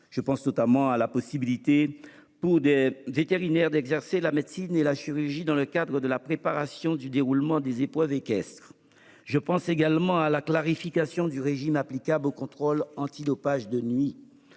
Je pense notamment à la possibilité donnée aux vétérinaires d'exercer la médecine et la chirurgie dans le cadre de la préparation et du déroulement des épreuves équestres. Je pense également à la clarification du régime applicable aux contrôles antidopage de nuit.